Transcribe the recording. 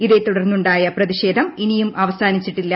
ഇതേ തുടർന്നുണ്ടായ പ്രതിഷേധം ഇനിയും അവസാനിച്ചിട്ടില്ല